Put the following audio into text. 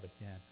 again